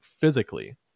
physically